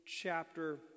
chapter